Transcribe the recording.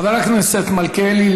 חבר הכנסת מלכיאלי,